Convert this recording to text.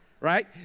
Right